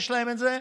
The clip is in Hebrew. יש להם את זה,